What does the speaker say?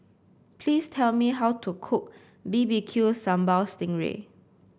please tell me how to cook B B Q Sambal Sting Ray